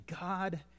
God